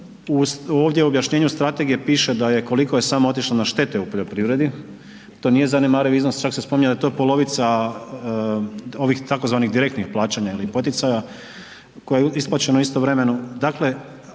ovdje u objašnjenju Strategije piše da je koliko je samo otišlo na štete u poljoprivredi, to nije zanemariv iznos, čak se spominje da je to polovica ovih tako zvanih direktnih plaćanja ili poticaja koje je isplaćeno istovremeno.